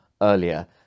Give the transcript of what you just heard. earlier